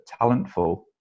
Talentful